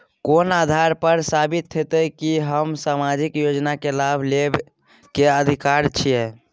कोन आधार पर साबित हेते की हम सामाजिक योजना के लाभ लेबे के अधिकारी छिये?